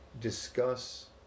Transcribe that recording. discuss